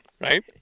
right